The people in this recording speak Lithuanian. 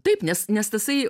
taip nes nes tasai